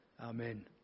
Amen